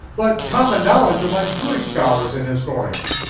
but common knowledge among jewish scholars and historians.